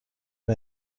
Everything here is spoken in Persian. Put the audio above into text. بین